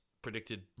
predicted